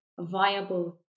viable